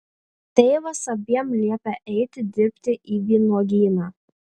tėvas abiem liepia eiti dirbti į vynuogyną